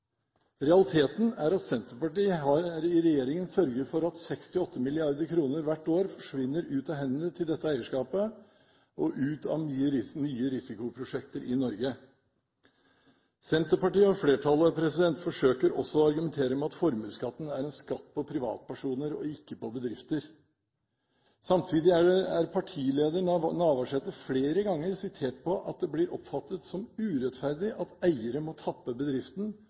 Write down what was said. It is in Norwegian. Realiteten er at Senterpartiet i regjering har sørget for at 6–8 mrd. kr hvert år forsvinner ut av hendene på dette eierskapet og ut av nye risikoprosjekter i Norge. Senterpartiet og flertallet forsøker også å argumentere med at formuesskatten er en skatt på privatpersoner og ikke på bedrifter. Samtidig er partileder Navarsete flere ganger sitert på at det blir oppfattet som urettferdig at eiere må tappe bedriften